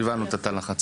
הבנו את תא הלחץ.